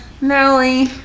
Nelly